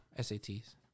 SATs